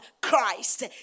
Christ